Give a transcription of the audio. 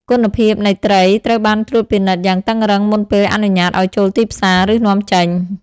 គុណភាព នៃត្រីត្រូវបានត្រួតពិនិត្យយ៉ាងតឹងរ៉ឹងមុនពេលអនុញ្ញាតឱ្យចូលទីផ្សារ ឬនាំចេញ។